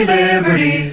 Liberty